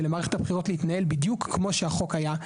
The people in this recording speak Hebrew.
ולמערכת הבחירות להתנהל בדיוק כמו שהחוק היה.